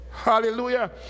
Hallelujah